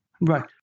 Right